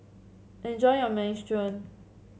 enjoy your Minestrone